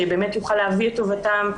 שיוכל להביא את טובתם,